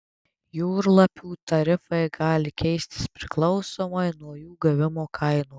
jūrlapių tarifai gali keistis priklausomai nuo jų gavimo kainos